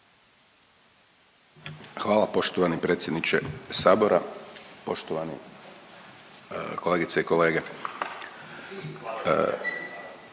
Hvala poštovani predsjedniče Sabora. Poštovani kolegice i kolege.